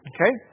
Okay